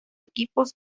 equipos